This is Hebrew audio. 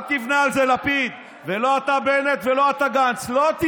אל תבנה על זה, לפיד, ולא אתה, בנט, ולא אתה, גנץ.